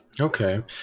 Okay